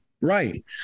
Right